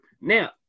now